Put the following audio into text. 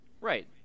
Right